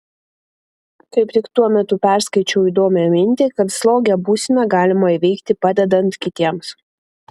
kaip tik tuo metu perskaičiau įdomią mintį kad slogią būseną galima įveikti padedant kitiems